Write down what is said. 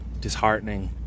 disheartening